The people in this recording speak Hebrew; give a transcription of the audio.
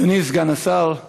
אדוני סגן השר,